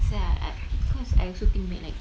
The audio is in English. I because I also think back like